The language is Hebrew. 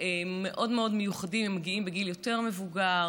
מאוד מאוד מיוחדים הם מגיעים בגיל יותר מבוגר,